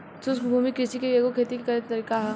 शुष्क भूमि कृषि भी एगो खेती के तरीका ह